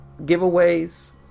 giveaways